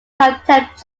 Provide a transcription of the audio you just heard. contempt